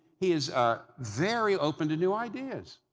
he is ah very open to new ideas.